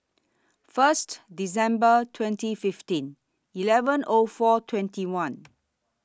First December twenty fifteen eleven O four twenty one